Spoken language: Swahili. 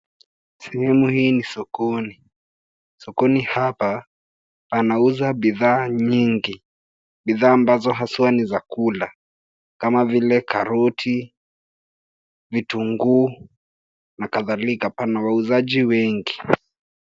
Sehemu hii ni sokoni. Sokoni hapa panauzwa bidhaa nyingi. Bidhaa ambzo haswa ni za kula kama vile karoti, vitunguu na kadhalika. Pana wauzaji wengi.